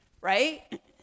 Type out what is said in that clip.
Right